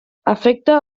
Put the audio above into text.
afecta